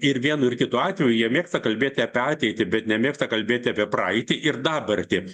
ir vienu ir kitu atveju jie mėgsta kalbėti apie ateitį bet nemėgsta kalbėti apie praeitį ir dabartį